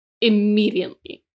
immediately